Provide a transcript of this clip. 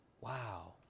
Wow